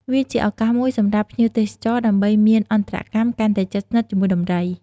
វាជាឱកាសមួយសម្រាប់ភ្ញៀវទេសចរ ដើម្បីមានអន្តរកម្មកាន់តែជិតស្និទ្ធជាមួយដំរី។